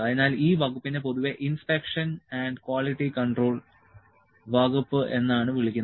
അതിനാൽ ഈ വകുപ്പിനെ പൊതുവെ ഇൻസ്പെക്ഷൻ ആൻഡ് ക്വാളിറ്റി കൺട്രോൾ വകുപ്പ് എന്നാണ് വിളിക്കുന്നത്